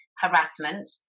harassment